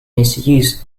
misuse